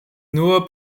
nur